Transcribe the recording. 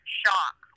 shock